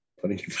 putting